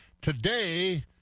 Today